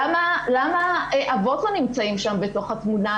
למה אבות לא נמצאים בתוך התמונה?